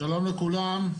שלום לכולם.